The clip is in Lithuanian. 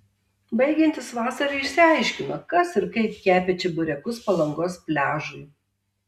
baigiantis vasarai išsiaiškino kas ir kaip kepė čeburekus palangos pliažui